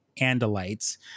Andalites